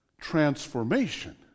transformation